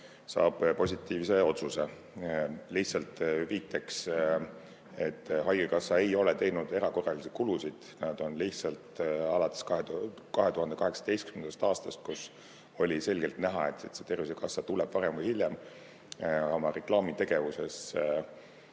tuleb positiivse otsus. Lihtsalt viiteks, et haigekassa ei ole teinud erakorralisi kulutusi. Nad on lihtsalt alates 2018. aastast, kui oli selgelt näha, et see tervisekassa tuleb varem või hiljem, oma reklaamitegevuses